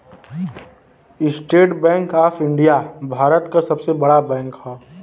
estate Bank of India Bharat क सबसे बड़ा बैंक हौ